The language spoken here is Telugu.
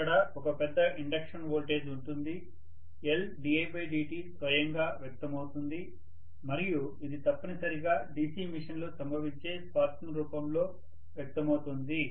అక్కడ ఒక పెద్ద ఇండక్షన్ వోల్టేజ్ ఉంటుంది Ldidtస్వయంగా వ్యక్తమవుతుంది మరియు ఇది తప్పనిసరిగా DC మెషీన్లో సంభవించే స్పార్కింగ్ రూపంలో వ్యక్తమవుతుంది